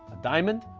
diamond?